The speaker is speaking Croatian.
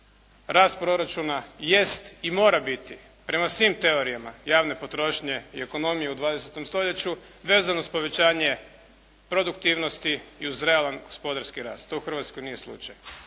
rast proračuna jest i mora biti prema svim teorijama javne potrošnje i ekonomije u 20. stoljeću vezan uz povećanje produktivnosti i realan gospodarski rast. To u Hrvatskoj nije slučaj,